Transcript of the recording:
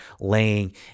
laying